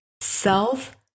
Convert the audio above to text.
Self